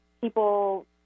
people